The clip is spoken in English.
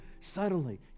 subtly